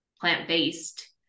plant-based